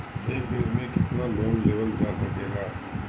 एक बेर में केतना लोन लेवल जा सकेला?